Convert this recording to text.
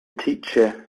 teacher